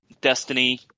Destiny